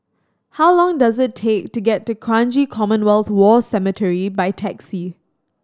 how long does it take to get to Kranji Commonwealth War Cemetery by taxi